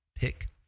pick